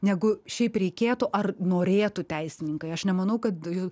negu šiaip reikėtų ar norėtų teisininkai aš nemanau kad jų